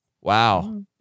Wow